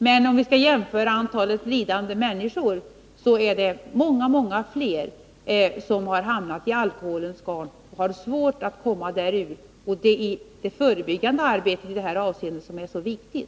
Men om vi skall jämföra antalet lidande människor måste vi konstatera att det är många fler som hamnat i alkoholmissbruk och som har svårt att komma ur det. I båda dessa avseenden är det förebyggande arbetet utomordentligt viktigt.